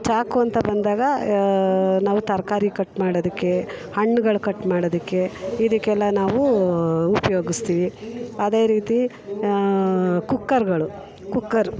ಚಾಕು ಅಂತ ಬಂದಾಗ ನಾವು ತರಕಾರಿ ಕಟ್ ಮಾಡೋದಕ್ಕೆ ಹಣ್ಣುಗಳ ಕಟ್ ಮಾಡೋದಕ್ಕೆ ಇದಕ್ಕೆಲ್ಲ ನಾವು ಉಪಯೋಗಿಸ್ತೀವಿ ಅದೇ ರೀತಿ ಕುಕ್ಕರ್ಗಳು ಕುಕ್ಕರ್